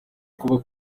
kuba